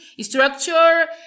structure